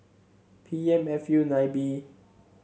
P M F U nine B